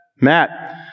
Matt